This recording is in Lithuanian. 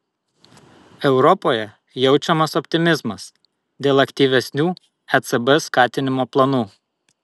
europoje jaučiamas optimizmas dėl aktyvesnių ecb skatinimo planų